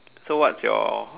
so what's your